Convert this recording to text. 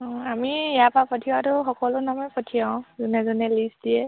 অঁ আমি ইয়াৰ পৰা পঠিৱাটো সকলো নামে পঠিয়াওঁ যোনে যোনে লিষ্ট দিয়ে